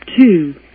two